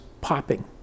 popping